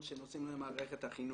וזה לא מופיע פה.